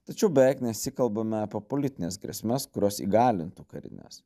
tačiau beveik nesikalbame apie politines grėsmes kurios įgalintų karines